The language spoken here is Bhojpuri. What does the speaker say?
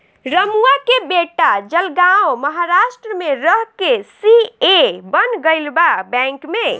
रमुआ के बेटा जलगांव महाराष्ट्र में रह के सी.ए बन गईल बा बैंक में